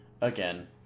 again